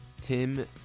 Tim